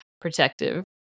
protective